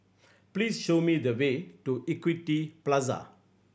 please show me the way to Equity Plaza